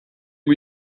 are